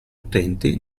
utenti